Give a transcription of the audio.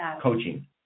coaching